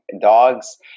dogs